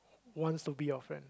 wants to be your friend